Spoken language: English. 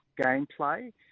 gameplay